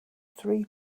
three